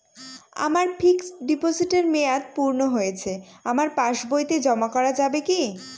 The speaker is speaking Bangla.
আমার ফিক্সট ডিপোজিটের মেয়াদ পূর্ণ হয়েছে আমার পাস বইতে জমা করা যাবে কি?